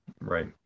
Right